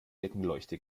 deckenleuchte